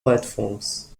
platforms